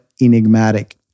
enigmatic